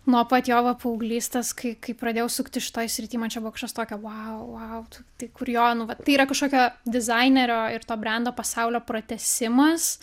nuo pat jo va paauglystės kai kai pradėjau suktis šitoj srity man čia buvo kašas tokio vau vau t tai kur jo nu va tai yra kažkokia dizainerio ir to brendo pasaulio pratęsimas